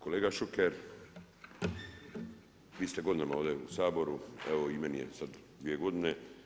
Kolega Šuker, vi ste godinama ovdje u Saboru, evo i meni je sad dvije godine.